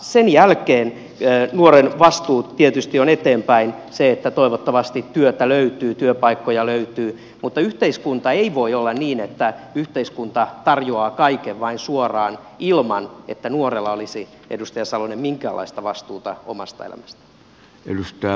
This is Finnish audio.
sen jälkeen nuoren vastuu tietysti on eteenpäin se että toivottavasti työtä löytyy työpaikkoja löytyy mutta ei voi olla niin että yhteiskunta tarjoaa kaiken vain suoraan ilman että nuorella olisi edustaja salonen minkäänlaista vastuuta omasta elämästään